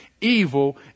evil